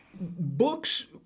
Books